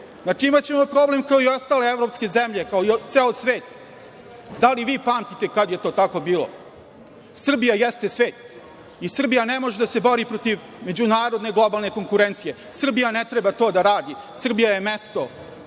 Znači, imaćemo problem kao i ostale evropske zemlje, kao i ceo svet. Da li vi pamtite kad je to tako bilo? Srbija jeste svet i Srbija ne može da se bori protiv međunarodne globalne konkurencije. Srbija ne treba to da radi. Srbiji je mesto